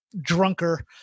drunker